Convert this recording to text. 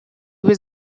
was